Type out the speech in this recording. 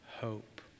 hope